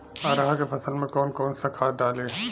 अरहा के फसल में कौन कौनसा खाद डाली?